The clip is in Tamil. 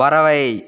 பறவை